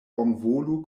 bonvolu